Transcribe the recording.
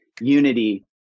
unity